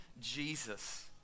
Jesus